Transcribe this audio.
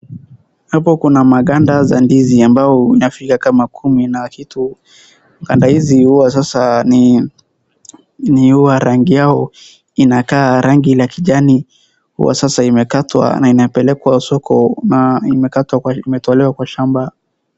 Hapo kuna maganda za ndizi ambao unafika kama kumi na kitu, maganda hizi huwa sasa ni huwa rangi yao inakaa rangi la kijani, huwa sasa imekatwa na inapelekwa soko na imekatwa leo kwa shamba.